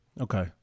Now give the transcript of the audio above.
okay